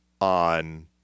on